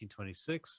1926